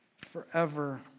forever